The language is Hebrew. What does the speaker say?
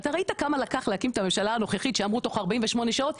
אתה ראית כמה לקח להקים את הממשלה הנוכחית שאמרו תוך 48 שעות,